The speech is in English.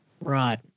Right